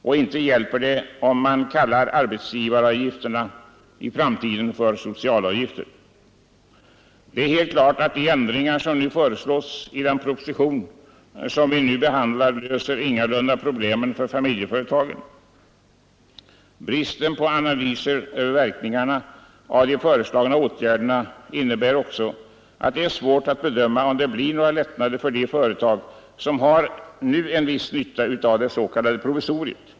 Och inte hjälper det om man kallar arbetsgivaravgifterna i framtiden för socialavgifter. Det är helt klart att de ändringar som föreslås i den proposition som vi nu behandlar ingalunda löser problemen för familjeföretagen. Bristen på analyser över verkningarna av de föreslagna åtgärderna innebär också att det är svårt att bedöma om det blir några lättnader för de företag som nu har en viss nytta av det s.k. provisoriet.